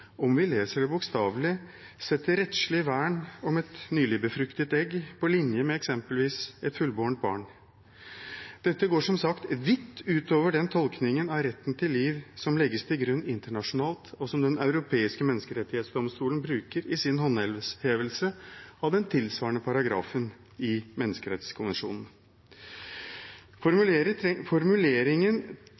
om vi leser det bokstavelig – setter rettslig vern av et nylig befruktet egg på linje med eksempelvis et fullbårent barn. Dette går, som sagt, vidt utover den tolkningen av retten til liv som legges til grunn internasjonalt, og som Den europeiske menneskerettsdomstolen bruker i sin håndhevelse av den tilsvarende paragrafen i menneskerettskonvensjonen.